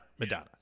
Madonna